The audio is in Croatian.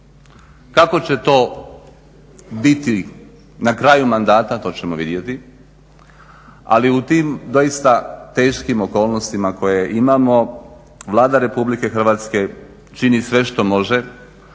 Kako će to biti na kraju mandata to ćemo vidjeti, ali u tim doista teškim okolnostima koje imamo Vlada Republike Hrvatske čini sve što može,